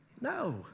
no